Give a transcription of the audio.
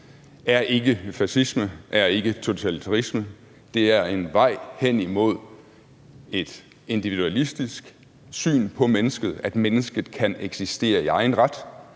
er ikke fascisme, er ikke totalitarisme. Det er en vej hen imod et individualistisk syn på mennesket, at mennesket kan eksistere i egen ret,